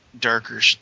darker